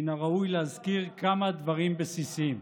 מן הראוי להזכיר כמה דברים בסיסיים.